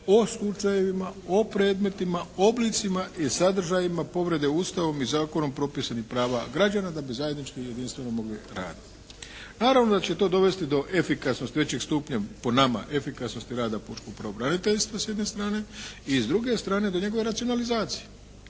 o slučajevima, o predmetima, oblicima i sadržajima povrede Ustavom i zakonom propisanih prava građana da bi zajednički i jedinstveno mogli raditi. Naravno da će to dovesti do efikasnosti i većeg stupnja po nama efikasnosti rada pučkog pravobraniteljstva s jedne strane. I s druge strane do njegove racionalizacije.